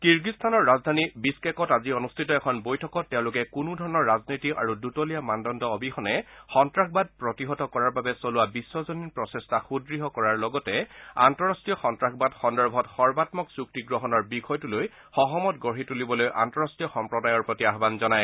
কিৰ্গিস্তানৰ ৰাজধানী বিছকেকত আজি অনুষ্ঠিত এখন বৈঠকত তেওঁলোকে কোনো ধৰণৰ ৰাজনীতি আৰু দুতলীয়া মানদণ্ড অবিহনে সন্নাসবাদ প্ৰতিহত কৰাৰ বাবে চলোৱা বিশ্বজনীন প্ৰচেষ্টা সূদ্য় কৰাৰ লগতে আন্তঃৰাষ্ট্ৰীয় সন্ত্ৰাসবাদ সন্দৰ্ভত সৰ্বামক চুক্তি গ্ৰহণৰ বিষয়টো লৈ সহমত গঢ়ি তুলিবলৈ আন্তঃৰাষ্ট্ৰীয় সম্প্ৰদায়ৰ প্ৰতি আহান জনায়